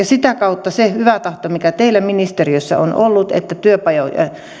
sitä kautta huolimatta siitä hyvästä tahdosta mikä teillä ministeriössä on ollut turvata työpajojen